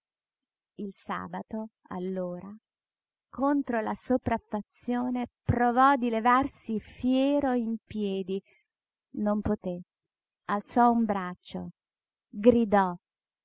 il sabato allora contro la sopraffazione provò di levarsi fiero in piedi non poté alzò un braccio gridò